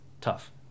tough